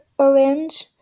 Orange